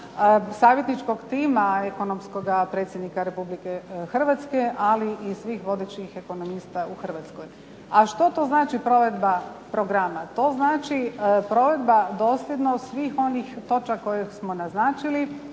savjetničkog tima ekonomskoga Predsjednika Republike Hrvatske ali i svih vodećih ekonomista u Hrvatskoj. A što to znači provedba programa? To znači provedba dosljedno svih onih točaka koje smo naznačili,